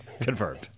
confirmed